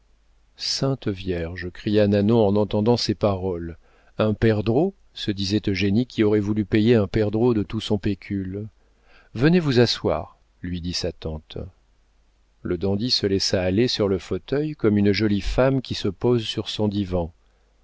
sainte vierge cria nanon en entendant ces paroles un perdreau se disait eugénie qui aurait voulu payer un perdreau de tout son pécule venez vous asseoir lui dit sa tante le dandy se laissa aller sur le fauteuil comme une jolie femme qui se pose sur son divan